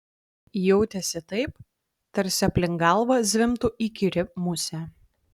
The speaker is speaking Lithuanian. jautėsi taip tarsi aplink galvą zvimbtų įkyri musė